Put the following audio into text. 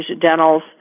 dentals